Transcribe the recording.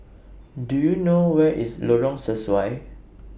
Do YOU know Where IS Lorong Sesuai